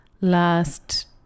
last